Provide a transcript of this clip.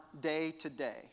day-to-day